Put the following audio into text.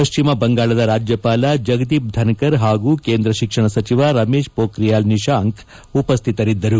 ಪಶ್ಚಿಮ ಬಂಗಾಳದ ರಾಜ್ಯಪಾಲ ಜಗದೀಪ್ ಧನ್ಕರ್ ಹಾಗೂ ಕೇಂದ್ರ ಶಿಕ್ಷಣ ಸಚಿವ ರಮೇಶ್ ಪೋಖಿಯಾಲ್ ನಿಶಾಂಕ್ ಉಪಸ್ಥಿತರಿದ್ದರು